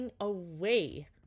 away